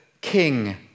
king